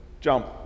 jump